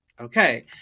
okay